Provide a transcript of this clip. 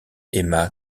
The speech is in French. aima